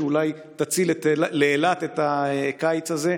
שאולי תציל לאילת את הקיץ הזה.